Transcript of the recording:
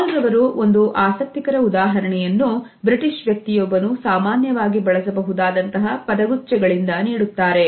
ಹಾಲ್ ರವರು ಒಂದು ಆಸಕ್ತಿಕರ ಉದಾಹರಣೆಯನ್ನು ಬ್ರಿಟಿಷ್ ವ್ಯಕ್ತಿಯೊಬ್ಬನು ಸಾಮಾನ್ಯವಾಗಿ ಬಳಸಬಹುದಾದಂತಹ ಪದಗುಚ್ಛ ಗಳಿಂದ ನೀಡುತ್ತಾರೆ